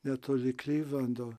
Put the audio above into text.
netoli klivlando